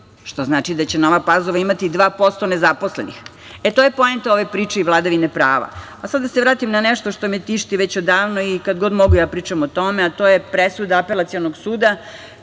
što znači da će Nova Pazova imati 2% nezaposlenih. To je poenta ove priče i vladavine prava. Da se vratim na nešto što me tišti već odavno i kad god mogu, ja pričam o tome. To je presuda Apelacionog suda,